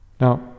Now